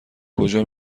کجا